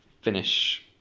finish